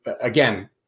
again